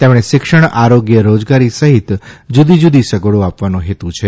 તેમને શિક્ષણ આરોગ્ય રોજગારી સહિત જુદી જુદી સગવડો આપવાનો હેતુ છે